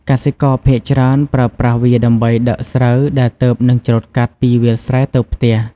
កសិករភាគច្រើនប្រើប្រាស់វាដើម្បីដឹកស្រូវដែលទើបនឹងច្រូតកាត់ពីវាលស្រែទៅផ្ទះ។